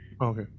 Okay